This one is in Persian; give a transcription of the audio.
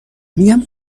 میگم